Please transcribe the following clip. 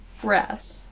breath